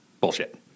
bullshit